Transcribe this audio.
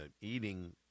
eating